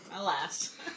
Alas